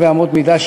אמרו לי אורבך.